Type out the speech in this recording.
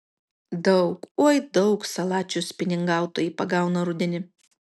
daug oi daug salačių spiningautojai pagauna rudenį